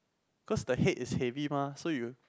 cause the head is heavy mah so you